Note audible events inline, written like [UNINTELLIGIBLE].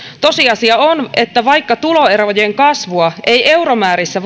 tosiasia on että vaikka tuloerojen kasvua ei euromäärissä [UNINTELLIGIBLE]